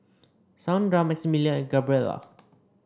Saundra Maximillian and Gabriela